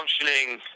functioning